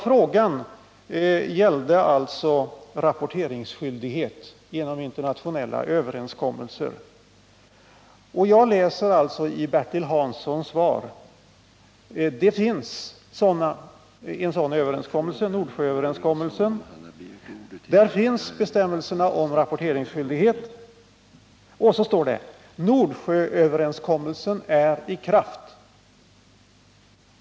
Frågan gällde alltså rapporteringsskyldighet genom internationella överenskommelser. Bertil Hansson sade i sitt svar att det finns en sådan överenskommelse, nämligen Nordsjööverenskommelsen, och där finns också bestämmelser om rapporteringsskyldighet. Sedan sade han att Nordsjööverenskommelsen är i kraft.